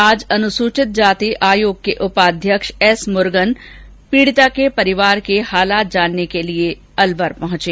आज अनुसूचित जाति आयोग के उपाध्यक्ष एस मुरगन पीडिता के परिवार से हालात की जानकारी लेने के लिये अलवर पहुंचे